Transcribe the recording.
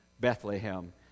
Bethlehem